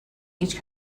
each